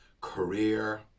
career